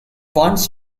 wants